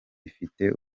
ifite